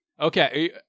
okay